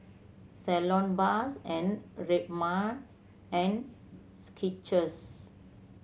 Salonpas and Red Man and Skechers